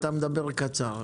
אתה מדבר קצר.